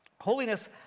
holiness